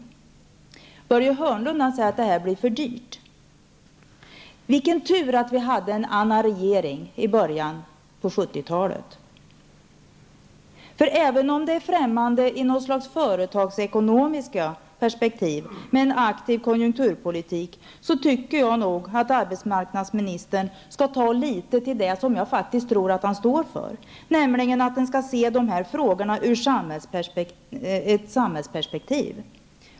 Börje Hörnlund säger att det här blir för dyrt. Vilken tur att vi hade en annan regering i början av 70-talet! Även om det är främmande i något slags företagsekonomiskt perspektiv med en aktiv konjunkturpolitik, tycker jag nog att arbetsmarknadsministern skall ta och lita till det som jag faktiskt tror att han står för, nämligen att man skall se de här frågorna ur ett samhällsperspektiv.